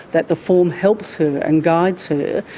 that the form helps her and guides her,